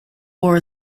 war